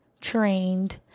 trained